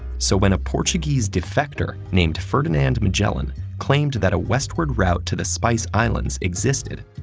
so when a portuguese defector named ferdinand magellan claimed that a westward route to the spice islands existed,